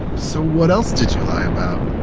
so what else did you lie about?